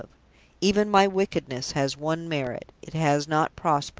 even my wickedness has one merit it has not prospered.